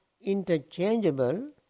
interchangeable